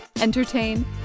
entertain